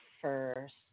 first